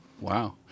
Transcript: wow